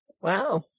Wow